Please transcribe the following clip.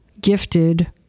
gifted